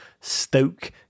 Stoke